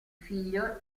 figlio